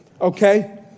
okay